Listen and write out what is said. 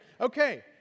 Okay